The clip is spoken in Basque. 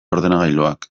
ordenagailuak